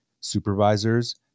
supervisors